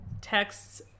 Texts